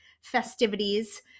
festivities